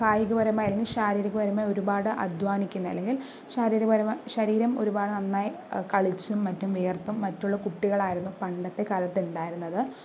കായികപരമായി അല്ലെങ്കില് ശാരീരികപരമായി ഒരുപാട് അധ്വാനിക്കുന്ന അല്ലെങ്കില് ശാരീരിക പരമായി ശരീരം ഒരുപാട് നന്നായി കളിച്ചും മറ്റും വിയര്ത്തും മറ്റുള്ള കുട്ടികളായിരുന്നു പണ്ടത്തെ കാലത്തുണ്ടായിരുന്നത്